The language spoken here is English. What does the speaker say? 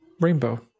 Rainbow